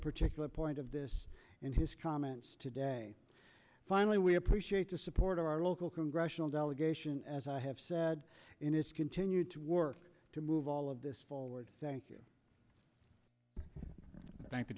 particular point of this in his comments today finally we appreciate the support of our local congressional delegation as i have said in its continued to work to move all of this forward thank you thank the